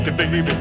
baby